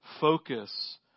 Focus